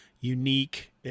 unique